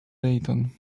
dayton